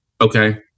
okay